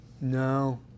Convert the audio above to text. No